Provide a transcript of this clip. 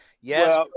Yes